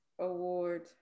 Award